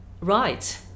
Right